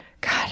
God